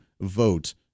vote